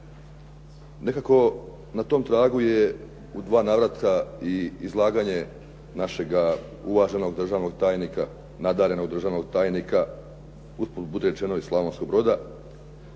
Nekako na tom tragu je u dva navrata i izlaganje našega uvaženog državnog tajnika, nadarenog državnog tajnika, usput budi rečeno iz Slavonskog Broda